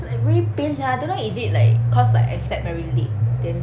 like very pain sia don't know is it like cause like I slept very late then